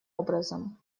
образом